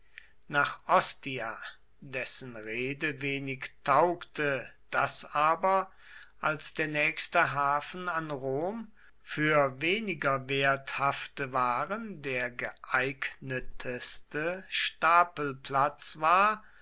nach ostia dessen reede wenig taugte das aber als der nächste hafen an rom für weniger werthafte waren der geeignetste stapelplatz war